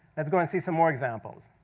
let's go and see some more examples.